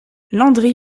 landry